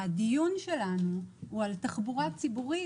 הדיון שלנו הוא על תחבורה ציבורית,